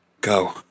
go